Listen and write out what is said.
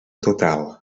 total